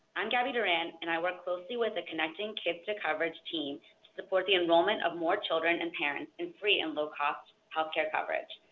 i'm gabby duran, and i work closely with the connecting kids to coverage team to support the enrollment of more children and parents in free and low cost healthcare coverage.